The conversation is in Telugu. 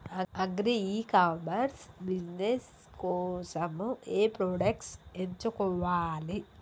అగ్రి ఇ కామర్స్ బిజినెస్ కోసము ఏ ప్రొడక్ట్స్ ఎంచుకోవాలి?